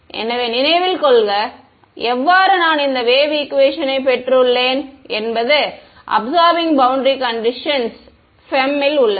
எனவே நினைவில் கொள்க எவ்வாறு நான் இந்த வேவ் ஈக்குவேஷனை பெற்றுள்ளேன் என்பது அபிசார்பிங் பௌண்டரி கண்டிஷன்ஸ் FEM இல் உள்ளது